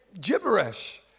gibberish